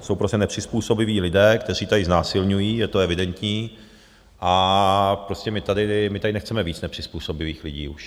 Jsou prostě nepřizpůsobiví lidé, kteří tady znásilňují, je to evidentní, a prostě my tady nechceme mít víc nepřizpůsobivých lidí už.